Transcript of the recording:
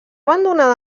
abandonada